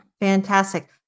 Fantastic